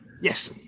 Yes